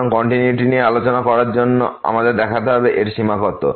সুতরাং কন্টিনিউয়িটি নিয়ে আলোচনা করার জন্য আমাদের দেখতে হবে এর সীমা কত